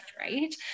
right